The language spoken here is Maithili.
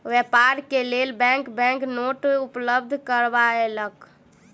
व्यापार के लेल बैंक बैंक नोट उपलब्ध कयलक